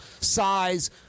size